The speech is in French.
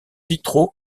vitraux